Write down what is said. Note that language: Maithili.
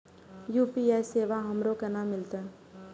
यू.पी.आई सेवा हमरो केना मिलते?